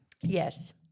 Yes